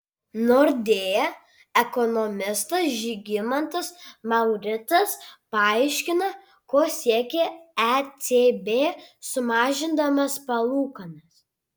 nordea ekonomistas žygimantas mauricas paaiškina ko siekė ecb sumažindamas palūkanas